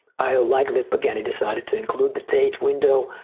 i like that pagani decided to include the date window.